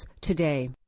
today